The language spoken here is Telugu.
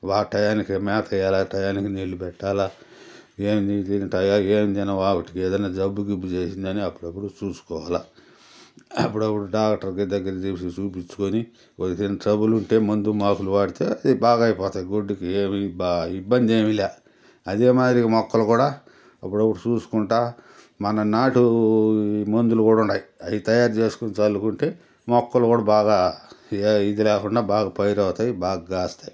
బాగా టయానికి మేత వెయ్యాలా టయానికి నీళ్లు పెట్టాలా ఏమీ టయానికి ఏమి తినవా ఏమైనా జబ్బు గిబ్బు చేసిందా అని అప్పుడప్పుడు చూసుకోవాలి అప్పుడప్పుడు డాక్టర్ దగ్గరికి చూపించుకొని జబ్బులు ఉంటే మందు మపులు వాడితే అది బాగా అయిపోతాయి గొడ్డుకి ఏమి ఇబ్బంది ఏమీలేదు అదే మాదిరి మొక్కలు కూడా అప్పుడప్పుడు చూసుకుంటూ మన నాటు మందులు కూడా ఉన్నాయి అవి తయారు చేసుకొని చల్లుకుంటే మొక్కలు కూడా బాగా ఇది లేకుండా బాగా పైరు అవుతాయి బాగా కాస్తాయి